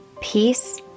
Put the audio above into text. peace